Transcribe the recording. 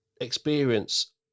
experience